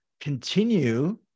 Continue